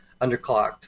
underclocked